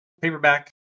paperback